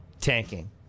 Tanking